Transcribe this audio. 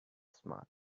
smart